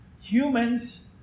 humans